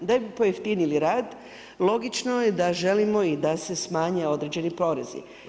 Da bi pojeftinili rad logično je da želimo i da se smanje određeni porezi.